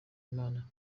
imana